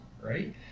right